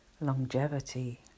Longevity